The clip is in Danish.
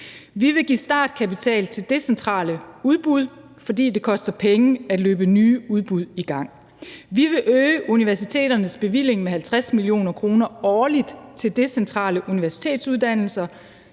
Vi vil give startkapital til decentrale udbud, fordi det koster penge at løbe nye udbud i gang. Vi vil øge universiteternes bevilling med 50 mio. kr. årligt til decentrale universitetsuddannelser,